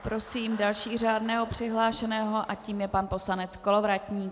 Prosím dalšího řádně přihlášeného a tím je pan poslanec Kolovratník.